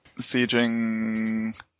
sieging